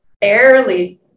barely